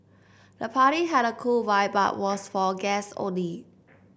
the party had a cool vibe but was for guests only